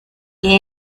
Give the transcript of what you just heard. que